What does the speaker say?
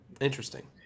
Interesting